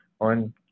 on